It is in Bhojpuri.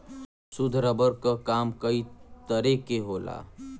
शुद्ध रबर क काम कई तरे क होला